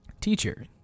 Teacher